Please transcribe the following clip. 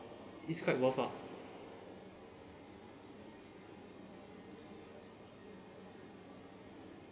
it's quite worth ah